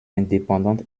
indépendante